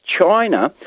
China